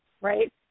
Right